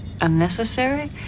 Unnecessary